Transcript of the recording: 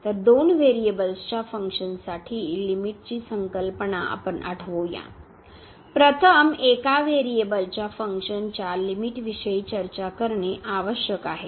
तर दोन व्हेरिएबल्सच्या फंक्शन्ससाठी लिमिट ची संकल्पना आपण आठवू या प्रथम एका व्हेरिएबलच्या फंक्शनच्या लिमिट विषयी चर्चा करणे आवश्यक आहे